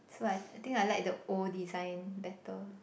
so I I think I like the old design better